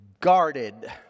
guarded